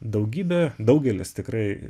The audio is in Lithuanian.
daugybė daugelis tikrai